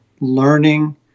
learning